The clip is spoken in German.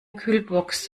kühlbox